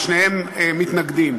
ושניהם מתנגדים.